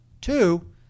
Two